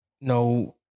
no